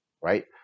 right